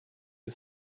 you